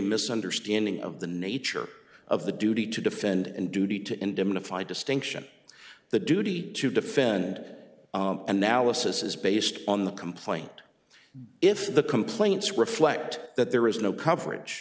misunderstanding of the nature of the duty to defend and duty to indemnify distinction the duty to defend analysis is based on the complaint if the complaints reflect that there is no coverage